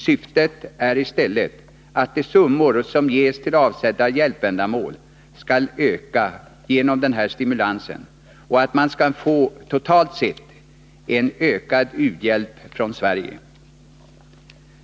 Syftet är i stället att de summor som ges till avsedda hjälpändamål skall öka genom den här stimulansen och att man skall få en totalt sett ökad u-hjälp från Sverige.